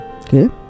okay